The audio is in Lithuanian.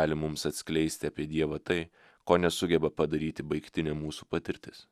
gali mums atskleisti apie dievą tai ko nesugeba padaryti baigtinė mūsų patirtis